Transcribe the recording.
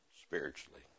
spiritually